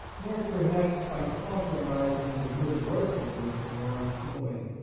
nor, perhaps, by compromising the good work in which we are employed.